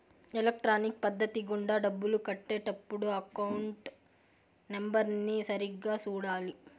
electronic పద్ధతి గుండా డబ్బులు కట్టే టప్పుడు అకౌంట్ నెంబర్ని సరిగ్గా సూడాలి